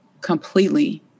completely